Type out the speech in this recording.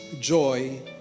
joy